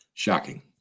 Shocking